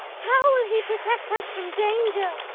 how will he protect us from danger?